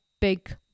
big